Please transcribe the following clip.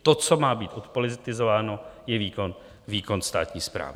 To, co má být odpolitizováno, je výkon státní správy.